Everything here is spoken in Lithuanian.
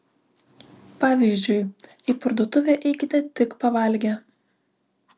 pavyzdžiui į parduotuvę eikite tik pavalgę